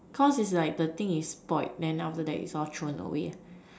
cause is like the thing is spoiled then is all thrown away